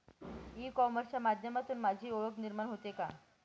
E कॉमर्सच्या माध्यमातून माझी ओळख निर्माण होते का?